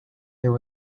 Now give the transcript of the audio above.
there